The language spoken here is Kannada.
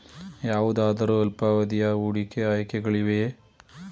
ಯಾವುದಾದರು ಅಲ್ಪಾವಧಿಯ ಹೂಡಿಕೆ ಆಯ್ಕೆಗಳಿವೆಯೇ?